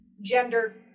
gender